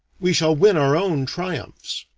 we shall win our own triumphs,